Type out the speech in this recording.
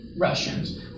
Russians